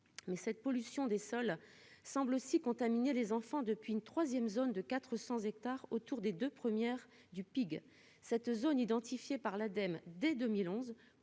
mais cette pollution des sols semble aussi contaminés : les enfants depuis une troisième zone de 400 hectares autour des 2 premières du Pigs cette zone identifiés par l'Ademe, dès 2011